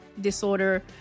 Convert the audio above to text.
disorder